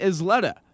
Isleta